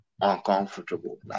uncomfortable